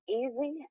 easy